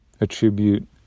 attribute